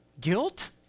Guilt